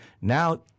Now